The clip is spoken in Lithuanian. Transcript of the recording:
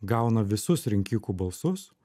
gauna visus rinkikų balsus